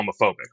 homophobic